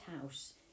house